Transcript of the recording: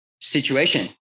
situation